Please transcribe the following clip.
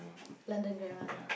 London grammar